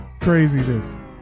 Craziness